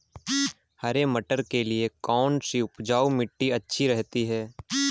हरे मटर के लिए कौन सी उपजाऊ मिट्टी अच्छी रहती है?